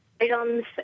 items